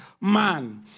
man